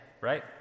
right